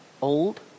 old